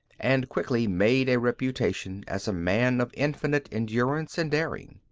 and quickly made a reputation as a man of infinite endurance and daring.